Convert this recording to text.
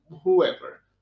whoever